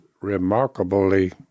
remarkably